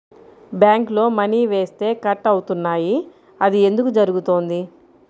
బ్యాంక్లో మని వేస్తే కట్ అవుతున్నాయి అది ఎందుకు జరుగుతోంది?